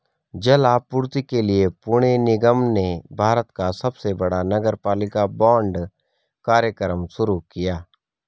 जल आपूर्ति के लिए पुणे निगम ने भारत का सबसे बड़ा नगरपालिका बांड कार्यक्रम शुरू किया